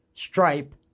Stripe